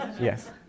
Yes